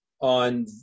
on